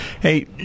hey